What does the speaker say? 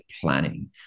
planning